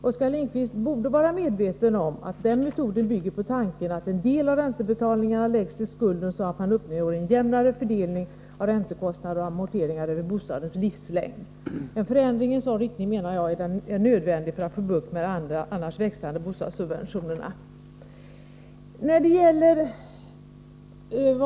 Oskar Lindkvist borde vara medveten om att den metoden bygger på tanken att en del av räntebetalningarna läggs till skulden, så att man uppnår en jämnare fördelning av räntekostnader och amorteringar över bostadens livslängd. En förändring i en sådan riktning är enligt min mening nödvändig för att man skall få bukt med de annars växande bostadssubventionerna.